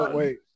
wait